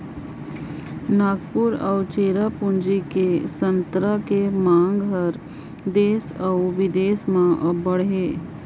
नांगपुर अउ चेरापूंजी कर संतरा कर मांग देस अउ बिदेस में अब्बड़ अहे